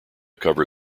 cover